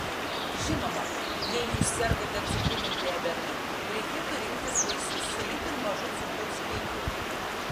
žinoma jei jūs sergate cukriniu diabetu reikėtų rinktis vaisius su itin mažu cukraus kiekiu